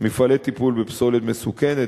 מפעלי טיפול בפסולת מסוכנת,